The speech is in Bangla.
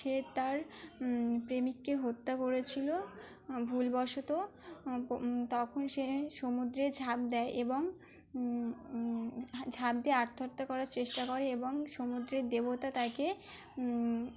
সে তার প্রেমিককে হত্যা করেছিলো ভুলবশত তখন সে সমুদ্রে ঝাঁপ দেয় এবং ঝাঁপ দিয়ে আত্মহত্যা করার চেষ্টা করে এবং সমুদ্রের দেবতা তাকে